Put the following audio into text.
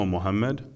Muhammad